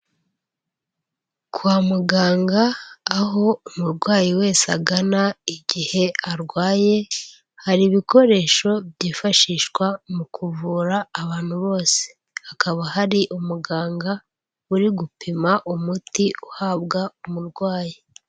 Kwa muganga aho umurwayi wese agana igihe arwaye hari ibikoresho byifashishwa mu kuvura abantu bose, hakaba hari umuganga uri gupima umuti uhabwa umurwayi.